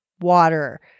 water